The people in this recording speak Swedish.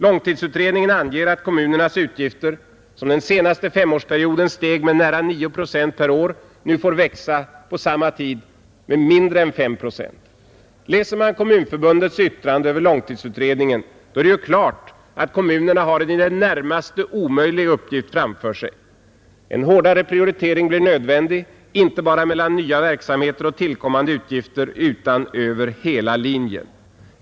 Långtidsutredningen anger att kommunernas utgifter, som den senaste femårsperioden steg med nära 9 procent per år, nu får växa på samma tid med mindre än 5 procent. Läser man Kommunförbundets yttrande över långtidsutredningen, står det klart att kommunerna har en i det närmaste omöjlig uppgift framför sig. En hårdare prioritering blir nödvändig, inte bara mellan nya verksamheter och tillkommande utgifter, utan över hela linjen.